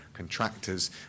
contractors